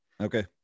Okay